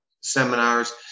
seminars